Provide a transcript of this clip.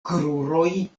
kruroj